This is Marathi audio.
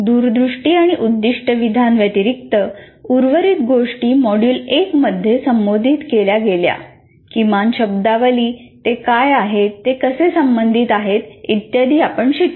दूरदृष्टी आणि उद्दिष्ट विधान व्यतिरिक्त उर्वरित गोष्टी मॉड्यूल 1 मध्ये संबोधित केल्या गेल्या किमान शब्दावली ते काय आहेत ते कसे संबंधित आहेत इत्यादी आपण शिकलो